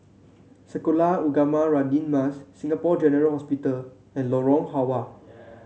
Sekolah Ugama Radin Mas Singapore General Hospital and Lorong Halwa